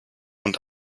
und